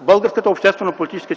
българската обществено-политическа